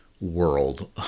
world